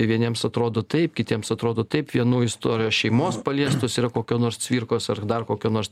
vieniems atrodo taip kitiems atrodo taip vienų istorijos šeimos paliestos yra kokio nors cvirkos ar dar kokio nors